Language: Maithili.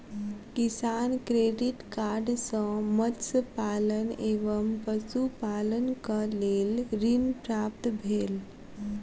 किसान क्रेडिट कार्ड सॅ मत्स्य पालन एवं पशुपालनक लेल ऋण प्राप्त भेल